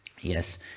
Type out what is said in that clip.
Yes